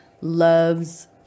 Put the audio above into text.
Loves